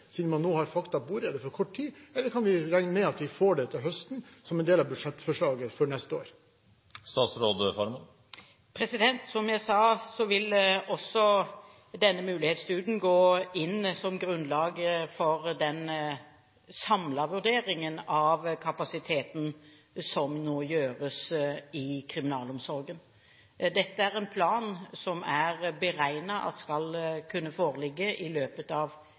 siden man nå har fakta på bordet, eller er det for kort tid? Eller kan vi regne med at vi får det til høsten, som en del av budsjettforslaget for neste år? Som jeg sa, vil også denne mulighetsstudien gå inn som grunnlag for den samlede vurderingen av kapasiteten som nå gjøres i kriminalomsorgen. Dette er en plan som er beregnet at skal kunne foreligge i løpet av